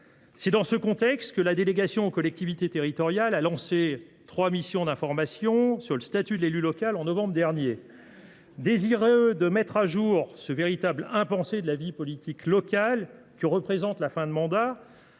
C’est dans ce contexte que la délégation aux collectivités territoriales et à la décentralisation a lancé trois missions d’information sur le statut de l’élu local au mois de novembre dernier. Désireux de mettre à jour ce véritable impensé de la vie politique locale que représente la fin de mandat,